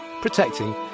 protecting